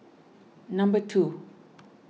number two